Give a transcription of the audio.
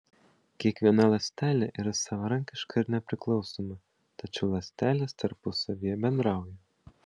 kiekviena ląstelė yra savarankiška ir nepriklausoma tačiau ląstelės tarpusavyje bendrauja